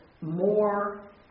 more